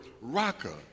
raka